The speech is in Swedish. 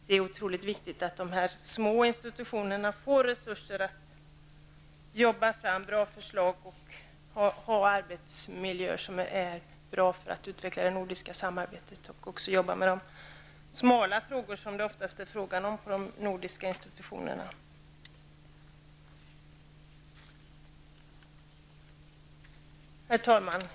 Det är otroligt viktigt att de små institutionerna får resurser att arbeta fram bra förslag, att de har arbetsmiljöer som är bra för att utveckla det nordiska samarbetet och att de också kan jobba med de smala frågor som det oftast är fråga om på de nordiska institutionerna. Herr talman!